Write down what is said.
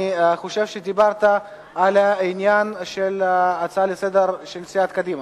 אני חושב שדיברת על העניין של ההצעה לסדר-היום של סיעת קדימה,